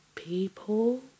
people